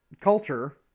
culture